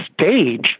stage